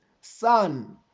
son